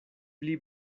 pli